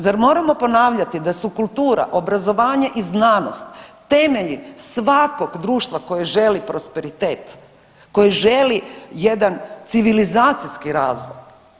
Zar moramo ponavljati da su kultura, obrazovanje i znanost temelji svakog društva koji želi prosperitet, koji želi jedan civilizacijski razvoj?